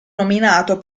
nominato